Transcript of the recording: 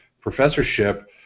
professorship